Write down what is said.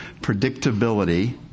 predictability